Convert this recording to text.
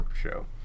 show